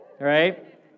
Right